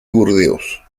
burdeos